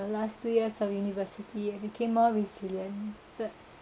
the last two years of university I became more resilient the